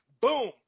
Boom